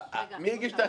מי הגיש את הרוויזיה?